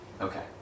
Okay